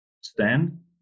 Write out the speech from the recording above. stand